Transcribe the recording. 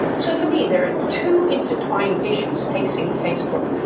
so for me, there are two intertwined issues facing facebook.